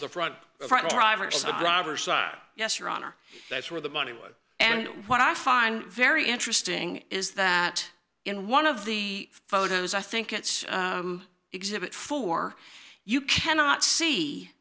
side yes your honor that's where the money was and what i find very interesting is that in one of the photos i think it's exhibit four you cannot see